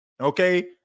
okay